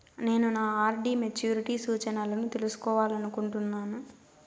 నేను నా RD maturity సూచనలను తెలుసుకోవాలనుకుంటున్నాను